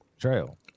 Trail